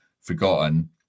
forgotten